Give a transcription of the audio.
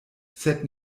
sed